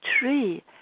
tree